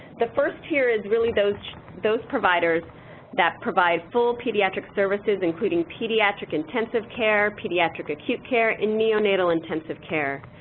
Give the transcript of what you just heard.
the first tier is really those those providers that provide full pediatric services including pediatric intensive care, pediatric acute care and neonatal intensive care.